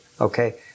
Okay